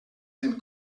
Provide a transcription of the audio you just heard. cent